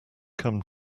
come